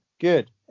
Good